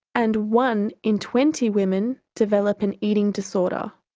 and one in twenty women develop an eating disorder.